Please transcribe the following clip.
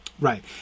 Right